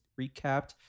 recapped